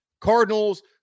Cardinals